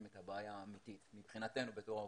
את הבעיה האמיתית מבחינתנו בתור העובדים.